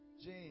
James